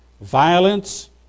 Violence